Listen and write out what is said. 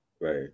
Right